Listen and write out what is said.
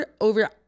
over